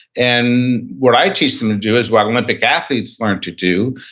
and what i teach them to do is what olympic athletes learn to do.